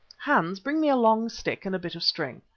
hans, bring me a long stick and a bit of string.